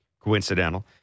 coincidental